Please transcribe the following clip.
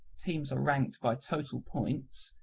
teams are ranked by total points,